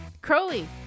Crowley